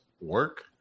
work